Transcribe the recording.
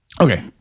Okay